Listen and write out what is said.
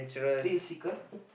thrill seeker